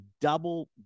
double